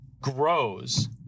grows